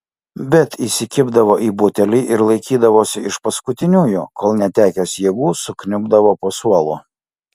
bet įsikibdavo į butelį ir laikydavosi iš paskutiniųjų kol netekęs jėgų sukniubdavo po suolu